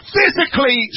Physically